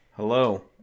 Hello